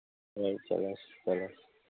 ꯍꯣꯏ ꯆꯠꯂꯁꯤ ꯆꯠꯂꯁꯤ